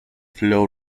flow